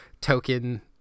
token